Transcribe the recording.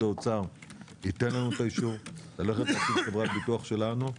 האוצר ייתן לנו את האישור להקים חברת ביטוח שלנו,